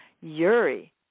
Yuri